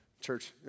Church